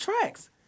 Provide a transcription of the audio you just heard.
tracks